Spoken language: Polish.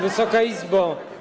Wysoka Izbo!